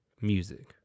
music